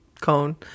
cone